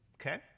Okay